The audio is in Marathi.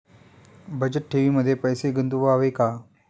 बचत ठेवीमध्ये पैसे गुंतवावे का?